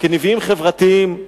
כנביאים חברתיים.